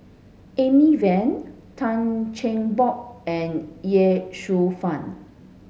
Amy Van Tan Cheng Bock and Ye Shufang